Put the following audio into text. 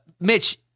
Mitch